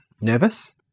Nervous